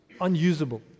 unusable